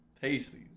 Tasty